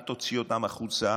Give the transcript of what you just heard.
אל תוציא אותם החוצה,